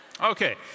Okay